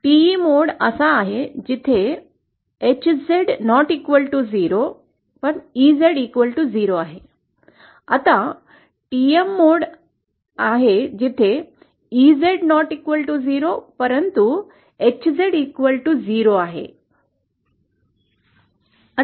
TE mode असा आहे जिथे HZ≠ 0 EZ 0 आहे आणि TM मोड आहे जेथे EZ≠0 परंतु HZ0 आहे